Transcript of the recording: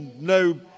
no